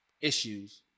issues